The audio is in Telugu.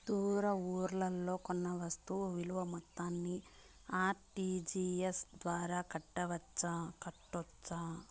దూర ఊర్లలో కొన్న వస్తు విలువ మొత్తాన్ని ఆర్.టి.జి.ఎస్ ద్వారా కట్టొచ్చా?